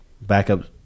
backup